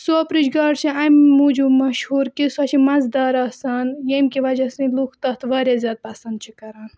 سوپرٕچ گاڈٕ چھِ اَمہِ موٗجوٗب مشہوٗر کہِ سۄ چھِ مزٕدار آسان یٔمۍ کہِ وجہ سۭتۍ لُکھ تَتھ واریاہ زیادٕ پَسنٛد چھِ کَران